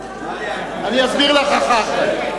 אני אסביר לך אחר כך.